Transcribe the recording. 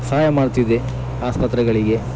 ಸಹಾಯ ಮಾಡ್ತಿದೆ ಆಸ್ಪತ್ರೆಗಳಿಗೆ